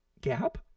Gap